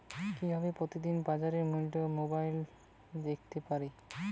কিভাবে প্রতিদিনের বাজার মূল্য মোবাইলে দেখতে পারি?